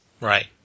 Right